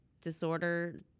disorder